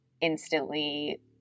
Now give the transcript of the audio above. instantly